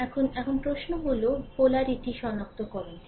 এখন এখন প্রশ্ন হল মেরুটি সনাক্তকরণটি